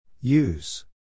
Use